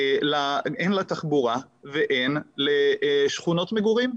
הן לתחבורה והן לשכונות מגורים.